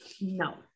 no